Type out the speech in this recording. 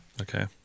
Okay